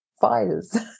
files